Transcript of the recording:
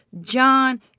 John